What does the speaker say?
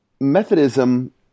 Methodism